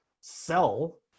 sell